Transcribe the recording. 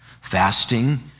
Fasting